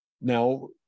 Now